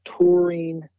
touring